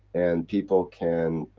and people can.